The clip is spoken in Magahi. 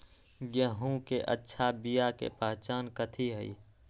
गेंहू के अच्छा बिया के पहचान कथि हई?